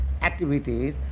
activities